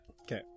Okay